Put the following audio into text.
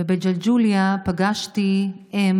ובג'לג'וליה פגשתי אם